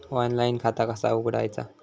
Online खाता कसा उघडायचा?